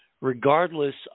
regardless